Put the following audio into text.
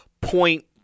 point